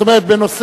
זאת אומרת בנושא,